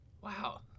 Wow